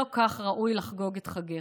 לא כך ראוי לחגוג את חגך.